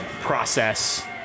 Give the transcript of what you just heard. process